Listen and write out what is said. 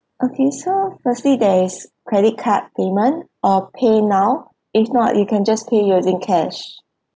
okay so firstly there is credit card payment or PayNow if not you can just pay using cash